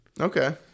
Okay